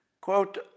Quote